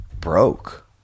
broke